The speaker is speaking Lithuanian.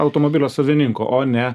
automobilio savininko o ne